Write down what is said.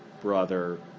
brother